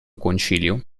concilio